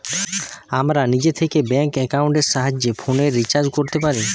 আমরা নিজে থিকে ব্যাঙ্ক একাউন্টের সাহায্যে ফোনের রিচার্জ কোরতে পারি